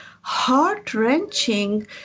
heart-wrenching